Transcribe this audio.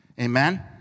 Amen